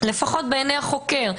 לפחות בעיני החוקר.